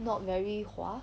not very 划